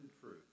fruit